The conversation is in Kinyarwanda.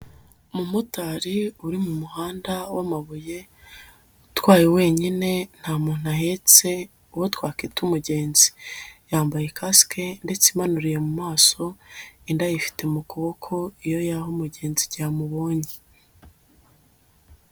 Umumotari uri mu muhanda w'amabuye, utwaye wenyine nta muntu ahetse uwo twakwita umugenzi, yambaye kasike ndetse imanuriye mu maso, indi ayifite mu kuboko iyo yaha umugenzi igihe amubonye.